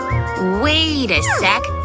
wait a sec,